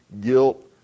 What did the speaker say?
guilt